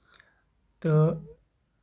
تہٕ